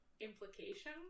implication